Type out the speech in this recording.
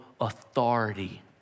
authority